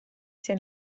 sia